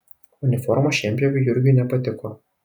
uniforma šienpjoviui jurgiui nepatiko